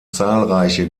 zahlreiche